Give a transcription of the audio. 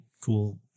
cool